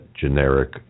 generic